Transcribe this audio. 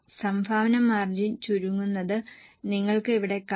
സംഭാവന മാർജിൻ ചുരുങ്ങുന്നത് നിങ്ങൾക്ക് ഇവിടെ കാണാം